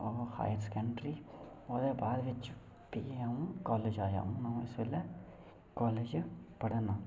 ओह् higher secondary ओह्दे बाद बिच प्ही अ'ऊं काॅलेज आया हून अं'ऊ इसलै काॅलेज पढ़ा ना